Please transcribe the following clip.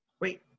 Wait